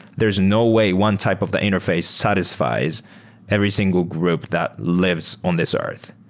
there is no way one type of the interface satisfies every single group that lives on this earth.